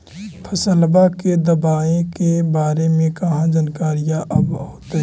फसलबा के दबायें के बारे मे कहा जानकारीया आब होतीन?